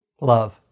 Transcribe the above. love